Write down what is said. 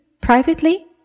Privately